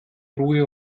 ruhe